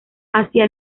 hacia